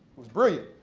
was brilliant.